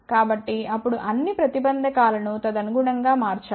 కాబట్టి అప్పుడు అన్ని ప్రతిబంధకాలను తదనుగుణం గా మార్చాలి